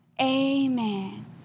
amen